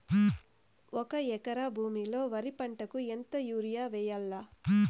ఒక ఎకరా భూమిలో వరి పంటకు ఎంత యూరియ వేయల్లా?